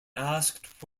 asked